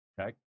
Okay